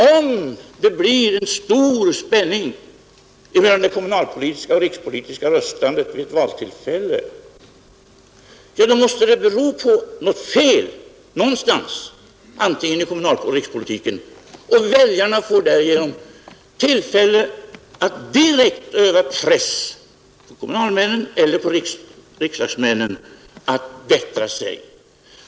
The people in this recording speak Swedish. Om det blir en stor spänning mellan det kommunalpolitiska och det rikspolitiska röstandet vid ett valtillfälle, då måste det bero på något fel någonstans, antingen i kommunalpolitiken eller i rikspolitiken. Och väljarna får därigenom tillfälle att direkt öva press på kommunalmännen eller på riksdagsmännen att bättra sig.